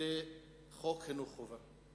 לחוק חינוך חובה?